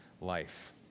life